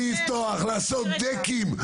לעשות decks,